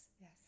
yes